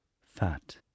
Fat